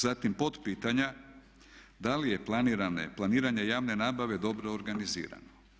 Zatim potpitanja da li je planiranje javne nabave dobro organizirano.